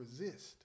resist